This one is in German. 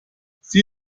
sie